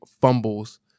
fumbles